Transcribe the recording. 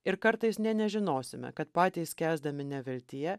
ir kartais nė nežinosime kad patys skęsdami neviltyje